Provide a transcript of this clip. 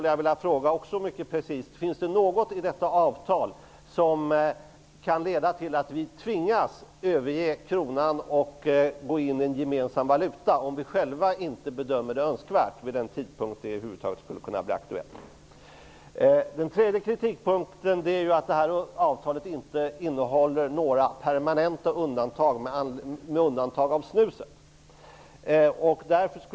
Jag vill fråga mycket precist: Finns det något i detta avtal som kan leda till att vi tvingas överge kronan och gå in i en gemensam valuta, även om vi själva inte bedömer det önskvärt vid den tidpunkt då det skulle kunna bli aktuellt? Den tredje kritikpunkten är att detta avtal inte innehåller några permanenta undantag med undantag av snuset.